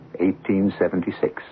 1876